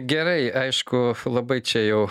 gerai aišku labai čia jau